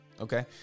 Okay